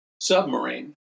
submarine